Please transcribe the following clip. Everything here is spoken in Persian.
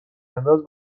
انداز